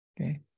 Okay